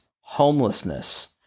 homelessness